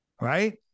Right